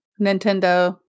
Nintendo